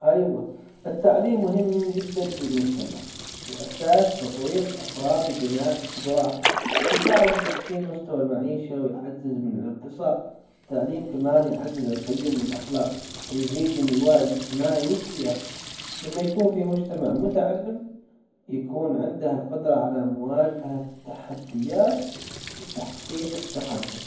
ايوه التعليم مهم جدًا للمجتمع هو أساس تطوير افراد وبناء القدرات يساعد في تحسين مستوى المعيشة ويعزز من الإقتصاد التعليم كمان يعزز القيم والأخلاق ويزيد من الوعي الإجتماعي والسياسي لما يكون في مجتمع متعلم عنده القدرة على مواجهة التحديات وتحقيق التقدم.